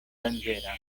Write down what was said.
danĝera